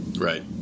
Right